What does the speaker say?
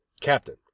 Captain